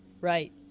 right